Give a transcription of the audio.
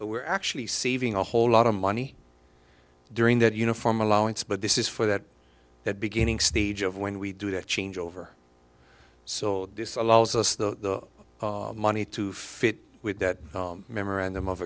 but we're actually saving a whole lot of money during that uniform allowance but this is for that that beginning stage of when we do the change over so this allows us the money to fit with that memorandum of